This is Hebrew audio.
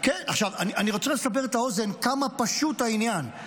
אני רוצה לסבר את האוזן כמה פשוט העניין.